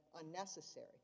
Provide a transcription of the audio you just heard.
Unnecessary